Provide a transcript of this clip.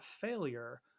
failure